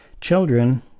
Children